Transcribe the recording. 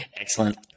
Excellent